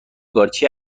قارچی